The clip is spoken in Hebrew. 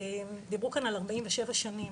דיברו כאן על 47 שנים,